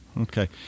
Okay